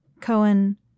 Cohen